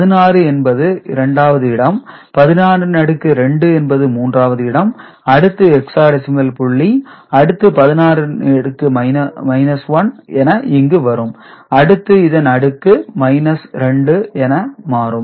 16 என்பது இரண்டாவது இடம் 16 இன் அடுக்கு 2 என்பது மூன்றாவது இடம் அடுத்து ஹெக்சாடெசிமல் புள்ளி அடுத்து 16 இன் அடுக்கு 1 என இங்கு வரும் அடுத்து இதன் அடுக்கு 2 ஆக அமையும்